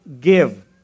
give